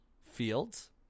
Fields